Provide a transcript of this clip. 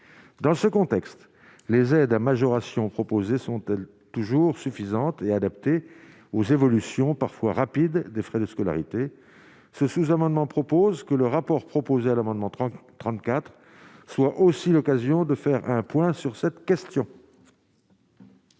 dans ce contexte, les aides à majoration proposés sont-elles toujours suffisante et adaptée aux évolutions parfois rapide des frais de scolarité ce sous-amendement propose que le rapport proposait à l'amendement 30 34 soit aussi l'occasion de faire un point sur cette question.